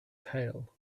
tail